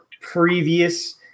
previous